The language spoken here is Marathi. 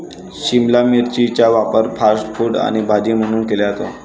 शिमला मिरचीचा वापर फास्ट फूड आणि भाजी म्हणून केला जातो